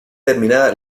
terminada